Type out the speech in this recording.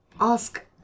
ask